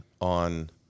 on